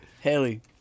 Haley